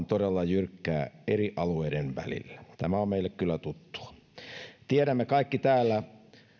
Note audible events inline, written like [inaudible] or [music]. [unintelligible] todella jyrkkää eri alueiden välillä tämä on meille kyllä tuttua tiedämme kaikki täällä